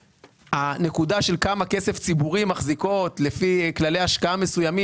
הנקודה של כמה כסף ציבורי מחזיקות לפי כללי השקעה מסוימים,